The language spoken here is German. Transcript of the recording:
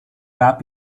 gab